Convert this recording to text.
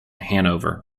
hanover